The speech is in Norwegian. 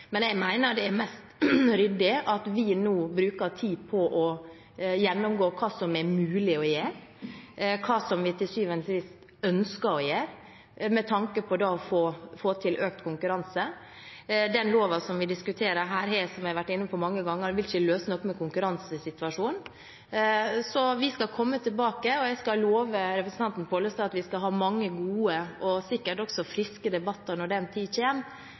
Men jeg mener det er mest ryddig at vi nå bruker tid på å gjennomgå hva som er mulig å gjøre, og hva vi til syvende og sist ønsker å gjøre med tanke på å få til økt konkurranse. Den loven vi diskuterer her, vil, som vi har vært inne på mange ganger, ikke løse noe med hensyn til konkurransesituasjonen. Vi skal komme tilbake, og jeg kan love representanten Pollestad at vi skal ha mange gode og sikkert også friske debatter når den tid